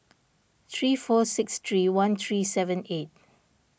three four six three one three seven eight